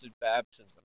baptism